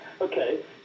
Okay